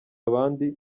abandi